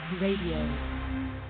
Radio